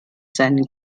seinen